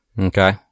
Okay